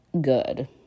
good